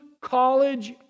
college